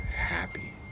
happy